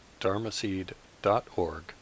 dharmaseed.org